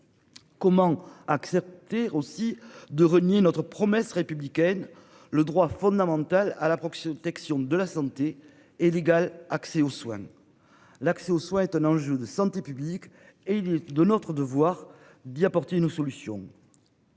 Comment accepter aussi de renier notre promesse républicaine le droit fondamental à la ce détection de la santé et l'égal accès aux soins. L'accès aux soins étonnant le de santé publique et il est de notre devoir d'y apporter une solution.--